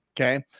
Okay